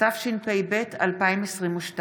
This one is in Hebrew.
התשפ"ב 2022,